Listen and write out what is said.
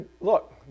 Look